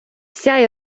вся